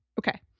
Okay